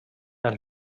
els